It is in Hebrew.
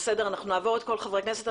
אנחנו נעבור את כל חברי הכנסת,